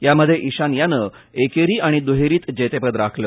यामध्ये ईशान यानं एकेरी आणि द्रहेरीत जेतेपद राखलं